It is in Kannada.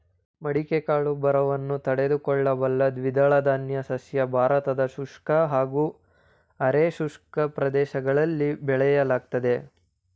ಮಡಿಕೆ ಕಾಳು ಬರವನ್ನು ತಡೆದುಕೊಳ್ಳಬಲ್ಲ ದ್ವಿದಳಧಾನ್ಯ ಸಸ್ಯ ಭಾರತದ ಶುಷ್ಕ ಹಾಗೂ ಅರೆ ಶುಷ್ಕ ಪ್ರದೇಶಗಳಲ್ಲಿ ಬೆಳೆಯಲಾಗ್ತದೆ